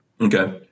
Okay